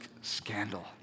scandal